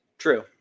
True